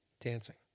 Dancing